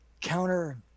counter